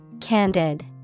Candid